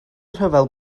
rhyfel